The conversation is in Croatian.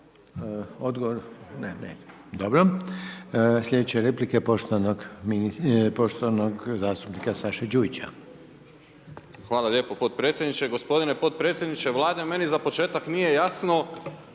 Odgovor, ne, ne. Dobro, slijedeće replike poštovanog zastupnika Saše Đujića. **Đujić, Saša (SDP)** Hvala lijepo podpredsjedniče. Gospodine podpredsjedniče Vlade, meni za početak nije jasno